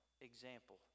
example